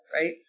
right